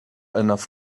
enough